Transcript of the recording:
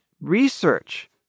research